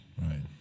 right